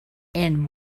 and